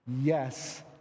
Yes